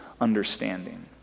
understanding